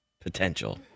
potential